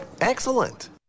Excellent